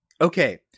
Okay